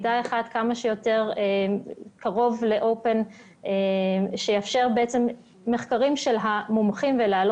רמה אחת היא רמה של מידע שתאפשר מחקרים של מומחים ותעלה